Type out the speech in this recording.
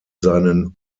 seinen